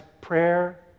prayer